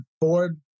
board